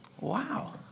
Wow